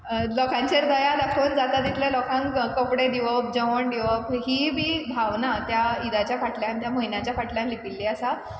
लोकांचेर दया दाकोवन जाता तितल्या लोकांक कपडे दिवप जेवण दिवप ही बी भावना त्या इदाच्या फाटल्यान त्या म्हयन्याच्या फाटल्यान लिपिल्ली आसा